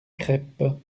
crêpes